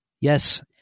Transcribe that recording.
yes